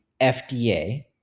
FDA